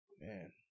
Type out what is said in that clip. man